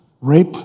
Rape